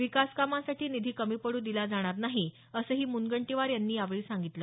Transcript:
विकास कामांसाठी निधी कमी पडू दिला जाणार नाही असंही मुनगंटीवार यांनी यावेळी सांगितलं